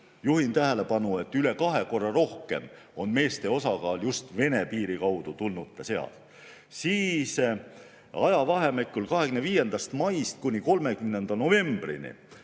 juhin tähelepanu, et üle kahe korra rohkem on meeste osakaal just Vene piiri kaudu tulnute seas –, siis ajavahemikul 25. maist kuni 30. novembrini